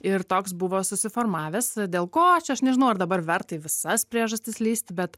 ir toks buvo susiformavęs dėl ko čia aš nežinau ar dabar verta į visas priežastis lįsti bet